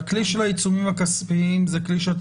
הכלי של העיצומים הכספיים הוא כלי שאתם